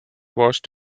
washed